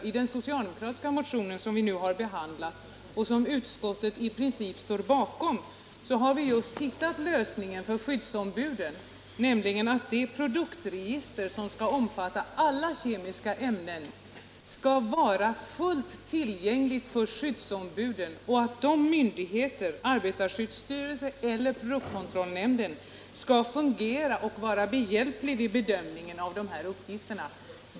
I den socialdemokratiska motion som vi nu behandlar och som utskottet i princip tillstyrkt har vi hittat lösningen för skyddsombuden, nämligen att det produktregister som skall omfatta alla kemiska ämnen skall vara fullt tillgängligt för skyddsombuden och att myndigheterna — arbetarskyddsstyrelsen eller produktkontrollnämnden — skall vara skyddsombuden behjälpliga vid bedömningen av dessa uppgifter.